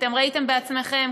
ראיתם בעצמכם,